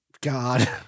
God